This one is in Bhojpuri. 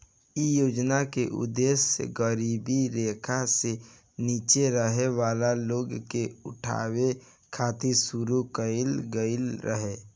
इ योजना के उद्देश गरीबी रेखा से नीचे रहे वाला लोग के उठावे खातिर शुरू कईल गईल रहे